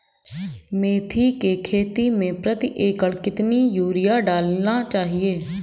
मेथी के खेती में प्रति एकड़ कितनी यूरिया डालना चाहिए?